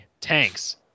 Tanks